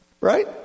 right